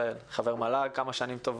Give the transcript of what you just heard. חבר מל"ג כמה שנים טובות,